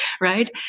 right